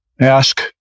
ask